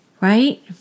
right